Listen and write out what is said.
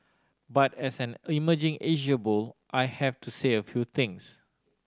but as an emerging Asia bull I have to say a few things